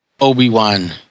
Obi-Wan